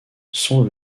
sont